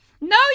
No